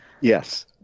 Yes